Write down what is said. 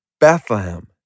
Bethlehem